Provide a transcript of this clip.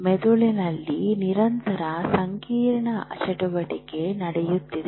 ಮೆದುಳಿನಲ್ಲಿ ನಿರಂತರ ಸಂಕೀರ್ಣ ಚಟುವಟಿಕೆ ನಡೆಯುತ್ತಿದೆ